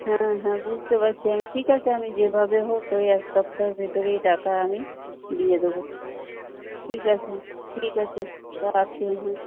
হ্যাঁ হ্যাঁ বুঝতে পারছি আমি ঠিক আছে আমি যেভাবে হোক ওই এক সপ্তাহের ভেতরেই টাকা আমি দিয়ে দেবো ঠিক আছে ঠিক আছে রাখছি হ্যাঁ